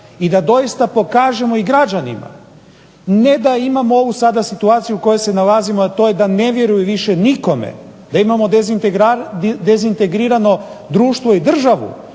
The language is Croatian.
i da doista pokažemo i građanima ne da imamo ovu sada situaciju u kojoj se nalazimo, a to je da ne vjeruj više nikome, da imamo dezintegrirano društvo i državu,